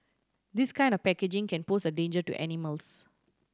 this kind of packaging can pose a danger to animals